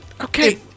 Okay